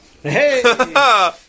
Hey